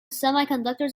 semiconductors